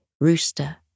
rooster